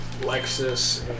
Lexus